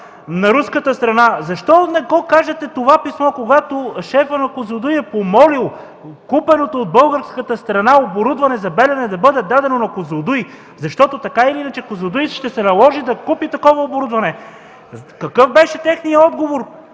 на руската страна? Защо не покажете това писмо, когато шефът на „Козлодуй” е помолил купеното от българската страна оборудване за „Белене” да бъде дадено на „Козлодуй”, защото така или иначе на „Козлодуй” ще се наложи да купи такова оборудване? Какъв беше техният отговор: